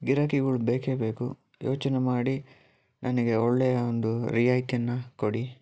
ಗಿರಾಕಿಗಳು ಬೇಕೆ ಬೇಕು ಯೋಚನೆ ಮಾಡಿ ನನಗೆ ಒಳ್ಳೆಯ ಒಂದು ರಿಯಾಯಿತಿಯನ್ನು ಕೊಡಿ